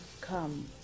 come